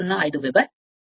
05 వెబెర్ra 0